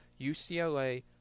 UCLA